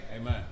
Amen